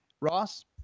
Ross